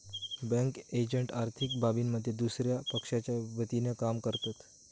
bank agent आर्थिक बाबींमध्ये दुसया पक्षाच्या वतीनं काम करतत